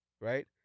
Right